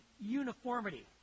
uniformity